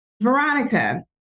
Veronica